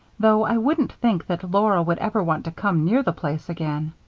though i shouldn't think that laura would ever want to come near the place again.